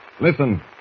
Listen